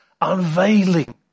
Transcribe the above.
unveiling